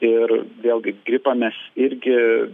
ir vėlgi gripą mes irgi